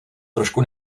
trošku